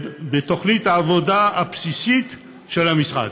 בתוכנית העבודה הבסיסית של המשרד.